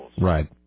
right